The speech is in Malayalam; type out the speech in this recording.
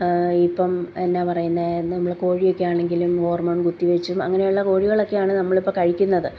ഇപ്പം എന്നാൽ പറയുന്നത് നമ്മള് കോഴിയൊക്കെ ആണെങ്കിലും ഹോർമോൺ കുത്തി വച്ചും അങ്ങനെയുള്ള കോഴികളൊക്കെയാണ് നമ്മൾ ഇപ്പം കഴിക്കുന്നത്